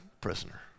prisoner